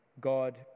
God